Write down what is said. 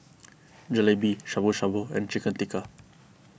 Jalebi Shabu Shabu and Chicken Tikka